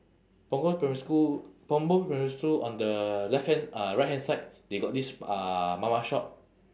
punggol primary school punggol primary school on the left hand uh right hand side they got this uh mama shop